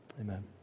Amen